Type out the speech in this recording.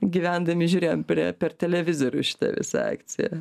gyvendami žiūrėjom prie per televizorių šitą visą akciją